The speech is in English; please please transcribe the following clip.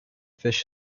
fish